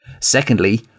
Secondly